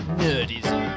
nerdism